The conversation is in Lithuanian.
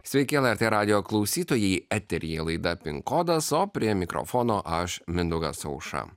sveiki lrt radijo klausytojai eteryje laida pin kodas o prie mikrofono aš mindaugas aušra